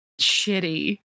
shitty